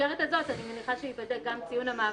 ובמסגרת הזאת אני מניחה שייבדק גם ציון המעבר,